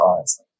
eyes